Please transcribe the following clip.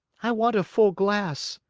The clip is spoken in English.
i want a full glass.